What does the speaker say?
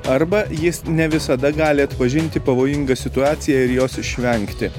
arba jis ne visada gali atpažinti pavojingą situaciją ir jos išvengti